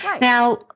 Now